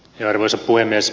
arvoisa puhemies